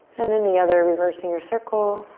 and then the other reversing your circle.